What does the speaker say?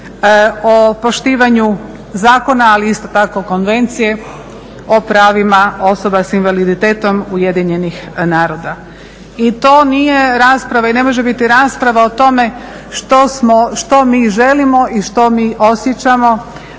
o poštivanju zakona ali isto tako Konvencije o pravima osoba sa invaliditetom Ujedinjenih naroda. I to nije rasprava i ne može biti rasprava o tome što smo, što mi želimo i što mi osjećamo